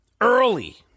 early